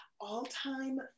All-time